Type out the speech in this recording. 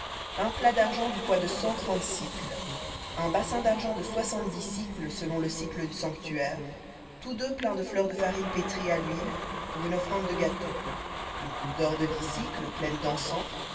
un plat d'argent du poids de cent trente un bassin d'argent de soixante-dix sicles selon le sicle du sanctuaire tous deux pleins de fleur de farine pétrie à l'huile pour une offrande de gâteau une coupe d'or de dix pleine d'encens